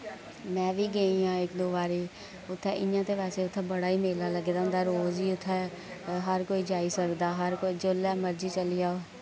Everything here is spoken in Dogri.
में बी गेई आं इक दो बारी उत्थै इयां ते बैसे उत्थै बड़ा ही मेला लग्गे दा होंदा रोज ही उत्थै हर कोई जाई सकदा हर कोई जुल्लै मर्जी चली जाओ